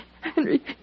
Henry